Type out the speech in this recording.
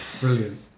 Brilliant